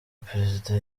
perezida